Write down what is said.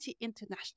international